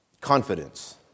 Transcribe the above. confidence